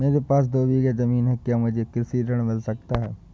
मेरे पास दो बीघा ज़मीन है क्या मुझे कृषि ऋण मिल सकता है?